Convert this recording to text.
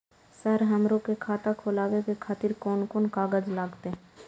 Sir हमरो के खाता खोलावे के खातिर कोन कोन कागज लागते?